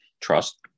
trust